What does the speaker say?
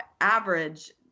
average